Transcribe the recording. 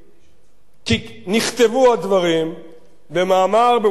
כי נכתבו הדברים במאמר ב"וושינגטון פוסט"